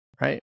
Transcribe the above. right